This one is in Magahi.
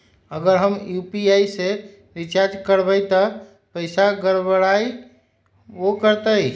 अगर हम यू.पी.आई से रिचार्ज करबै त पैसा गड़बड़ाई वो करतई?